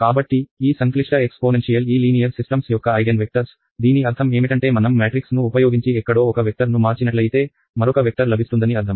కాబట్టి ఈ సంక్లిష్ట ఎక్స్పోనెన్షియల్ ఈ లీనియర్ సిస్టమ్స్ యొక్క ఐగెన్ వెక్టర్స్ దీని అర్థం ఏమిటంటే మనం మ్యాట్రిక్స్ ను ఉపయోగించి ఎక్కడో ఒక వెక్టర్ను మార్చినట్లయితే మరొక వెక్టర్ లభిస్తుందని అర్ధం